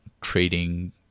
trading